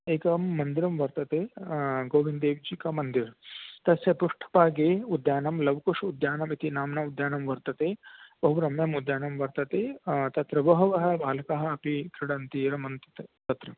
एकं मन्दिरं वर्तते गोविन्देवजी का मन्दिर् तस्य पृष्ठभागे उद्यानं लवकुश उद्यानं इति नाम्ना उद्यानं वर्तते बहुरम्यं उद्यानं वर्तते तत्र बहवः बालकाः अपि क्रीडन्ति तत्र